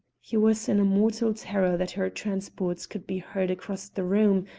he was in a mortal terror that her transports could be heard across the room,